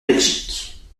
belgique